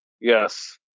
Yes